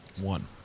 One